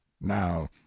now